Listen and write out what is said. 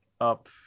up